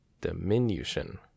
diminution